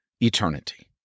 eternity